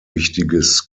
wichtiges